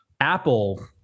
Apple